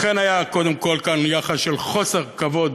לכן היה כאן, קודם כול, יחס של חוסר כבוד